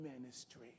ministry